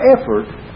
effort